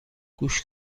گوش